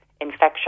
infection